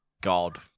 god